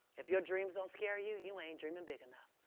if your dreams don't scare you, you and dreaming big enough.